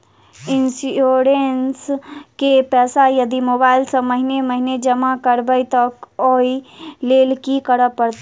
Insurance केँ पैसा यदि मोबाइल सँ महीने महीने जमा करबैई तऽ ओई लैल की करऽ परतै?